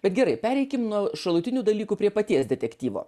bet gerai pereikim nuo šalutinių dalykų prie paties detektyvo